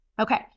Okay